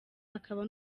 akaba